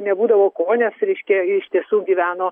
nebūdavo ko nes reiškia iš tiesų gyveno